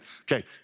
Okay